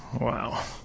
wow